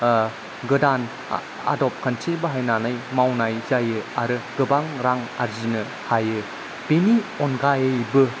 गोदान आदब खान्थि बाहायनानै मावनाय जायो आरो गोबां रां आरजिनो हायो बेनि अनगायैबो